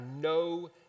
no